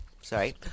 Sorry